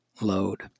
load